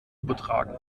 übertragen